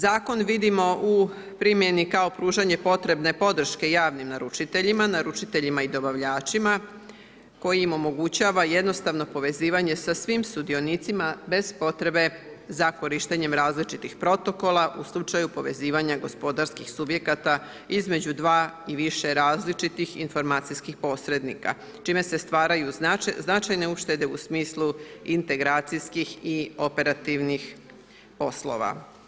Zakon vidimo u primjeni kao pružanje potrebne podrške javnim naručiteljima, naručiteljima i dobavljačima koji im omogućava jednostavno povezivanje sa svim sudionicima bez potrebe za korištenjem različitih protokola u slučaju povezivanja gospodarskih subjekata između dva i više različitih informacijskih posrednika čime se stvaraju značajne uštede u smislu integracijskih i operativnih poslova.